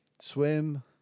swim